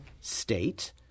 state